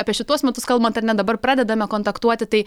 apie šituos metus kalbant ar ne dabar pradedame kontaktuoti tai